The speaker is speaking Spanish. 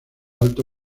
alto